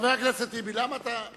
חבר הכנסת טיבי, אדוני,